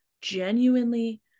genuinely